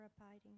abiding